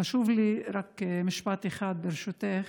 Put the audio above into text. חשוב לי, רק משפט אחד, ברשותך: